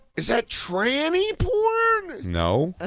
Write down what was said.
is that tranny porn? no. ah